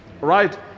Right